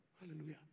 Hallelujah